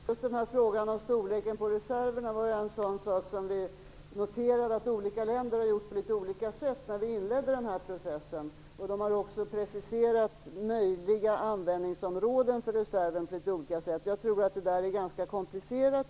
Herr talman! Just i frågan om storleken på reserverna noterade vi vid inledningen av denna process att olika länder har gjort på litet olika sätt. De har också preciserat möjliga användningsområden för reserven på litet olika sätt. Detta är ganska komplicerat.